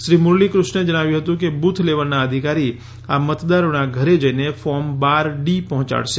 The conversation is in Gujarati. શ્રી મુરલીકૃષણે જણાવ્યું હતુ કે બુથ લેવલના અધિકારી આ મતદારોના ઘરે જઈને ફોર્મ બાર ડી પહોંચાડશે